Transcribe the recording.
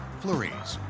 flurries.